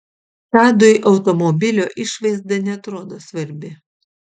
tadui automobilio išvaizda neatrodo svarbi